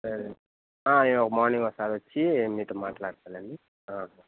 సరే మార్నింగ్ ఒకసారి వచ్చి మీతో మాట్లాడుతాలేండి